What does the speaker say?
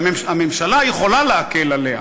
והממשלה יכולה להקל עליה,